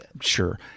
Sure